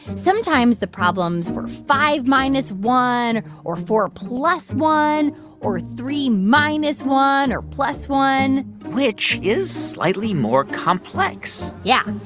sometimes, the problems were five minus one or four plus one or three minus one or plus one which is slightly more complex yeah.